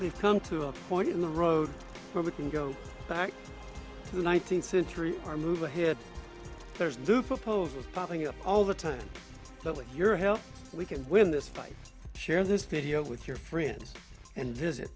we've come to a point in the road where we can go back to the nineteenth century or move ahead there's new proposals popping up all the time that with your help we can win this fight share this video with your friends and visit